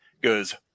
goes